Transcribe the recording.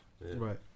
right